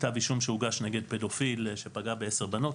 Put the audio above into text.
כתב אישום שהוגש נגד פדופיל שפגע ב-10 בנות,